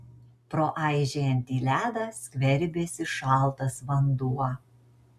pro aižėjantį ledą skverbėsi šaltas vanduo